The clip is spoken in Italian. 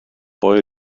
poi